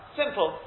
simple